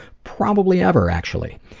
probably ever, actually.